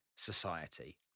society